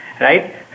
right